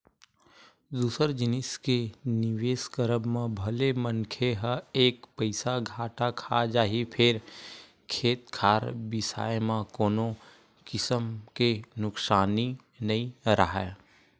दूसर जिनिस के निवेस करब म भले मनखे ह एक पइत घाटा खा जाही फेर खेत खार बिसाए म कोनो किसम के नुकसानी नइ राहय